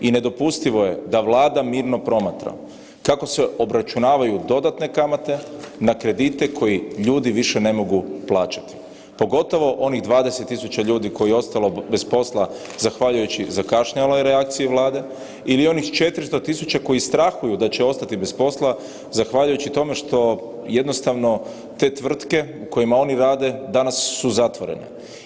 I nedopustivo je da Vlada mirno promatra kako se obračunavaju dodatne kamate na kredite koji ljudi više ne mogu plaćati, pogotovo onih 20.000 ljudi koje je ostalo bez posla zahvaljujući zakašnjeloj reakciji Vlade ili onih 400.000 koji strahuju da će ostati bez posla zahvaljujući tome što jednostavno te tvrtke u kojima oni rade danas su zatvorene.